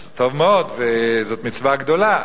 אז טוב מאוד, וזאת מצווה גדולה.